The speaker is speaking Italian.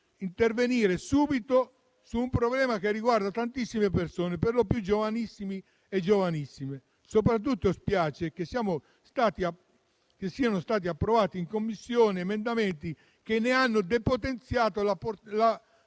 intervenire subito su un problema che riguarda tantissime persone, per lo più giovanissimi e giovanissime. Soprattutto spiace che siano stati approvati in Commissione emendamenti che ne hanno depotenziato la